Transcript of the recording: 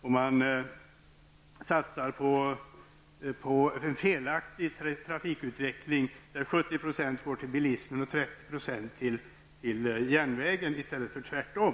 Det satsas på en felaktig trafikutveckling, där 70 % går till bilismen och 30 % till järnvägen i stället för tvärtom.